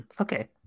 Okay